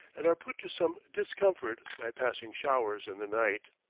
and are put to some discomfort by passing showers in the night.